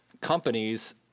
companies